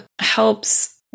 helps